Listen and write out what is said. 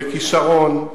בכשרון,